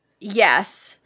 Yes